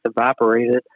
evaporated